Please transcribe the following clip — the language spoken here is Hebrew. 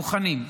--- מוכנים.